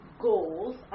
goals